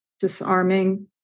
disarming